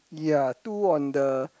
ya two on the